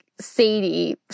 Sadie